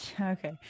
Okay